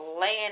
laying